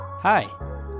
Hi